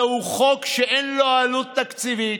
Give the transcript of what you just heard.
זהו חוק שאין לו עלות תקציבית,